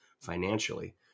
financially